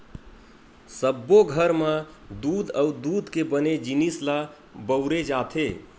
सब्बो घर म दूद अउ दूद के बने जिनिस ल बउरे जाथे